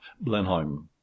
Blenheim